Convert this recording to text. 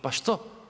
Pa što?